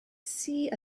see